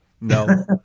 No